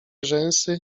rzęsy